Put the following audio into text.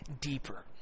deeper